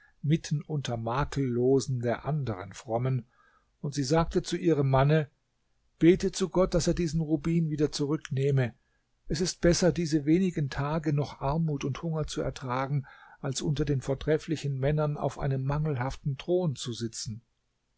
mitten unter makellosen der anderen frommen und sie sagte zu ihrem manne bete zu gott daß er diesen rubin wieder zurücknehme es ist besser diese wenigen tage noch armut und hunger zu ertragen als unter den vortrefflichen männern auf einem mangelhaften thron sitzen